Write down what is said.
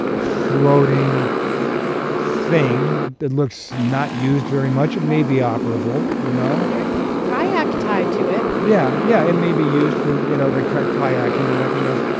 floating thing that looks not used very much. it may be operable, you know? there is a kayak tied to it yeah. yeah, it may be used for, you know, the kayaking, nothing else.